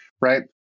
Right